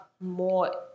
more